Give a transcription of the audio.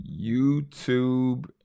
YouTube